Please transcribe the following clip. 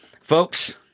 Folks